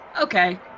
Okay